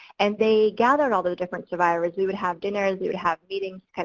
and they gathered all the different survivors, we would have dinners, we would have meetings, and